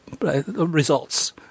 results